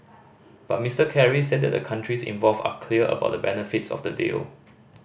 but Mister Kerry said that the countries involved are clear about the benefits of the deal